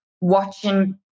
watching